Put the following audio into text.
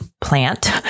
plant